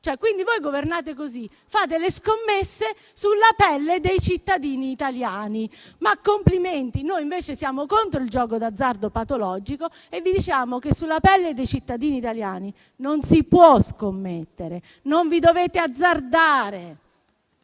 Voi governate così: fate le scommesse sulla pelle dei cittadini italiani. Complimenti, noi invece siamo contro il gioco d'azzardo patologico e vi diciamo che sulla pelle dei cittadini italiani non si può scommettere, non vi dovete azzardare.